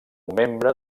membre